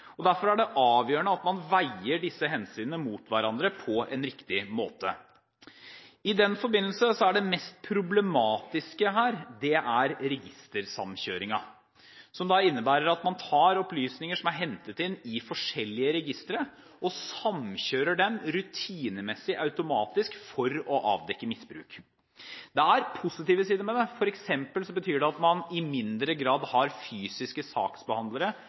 personvernet. Derfor er det avgjørende at man veier disse hensynene mot hverandre på en riktig måte. I den forbindelse er det mest problematiske her registersamkjøringen, som innebærer at man tar opplysninger som er hentet inn fra forskjellige registre og samkjører dem rutinemessig – automatisk – for å avdekke misbruk. Det er positive sider ved det: Det betyr f.eks. at man i mindre grad har fysiske saksbehandlere